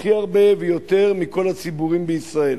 ויותר מכל הציבורים בישראל